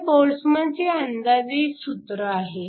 हे बोल्ट्झमनचे अंदाजी सूत्र आहे